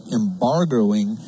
embargoing